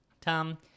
Tom